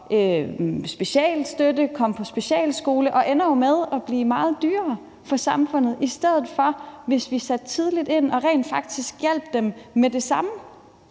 specialstøtte og at komme på specialskole og ender med at blive meget dyrere for samfundet, i stedet for at vi satte tidligt ind og rent faktisk hjalp dem med det samme.